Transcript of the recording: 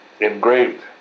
engraved